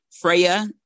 Freya